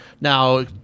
Now